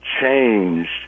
changed